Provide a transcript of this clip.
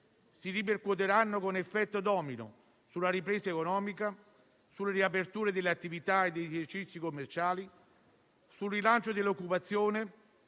si ripercuoteranno con effetto domino sulla ripresa economica, sulle riaperture delle attività e degli esercizi commerciali, sul rilancio dell'occupazione